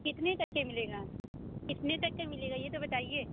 کتنے تک کے ملے گا کتنے تک کے ملے گا یہ تو بتائیے